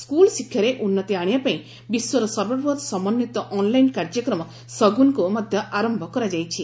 school ଶିକ୍ଷାରେ ଉନ୍ଦତି ଆଣିବାପାଇଁ ବିଶ୍ୱର ସର୍ବବୃହତ୍ ସମନ୍ୱିତ ଅନ୍ଲାଇନ୍ କାର୍ଯ୍ୟକ୍ରମ ଶଗୁନ୍କୁ ମଧ୍ୟ ଆରମ୍ଭ କରାଯାଇଛି